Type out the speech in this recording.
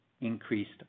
increased